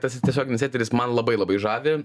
tas tiesioginis eteris man labai labai žavi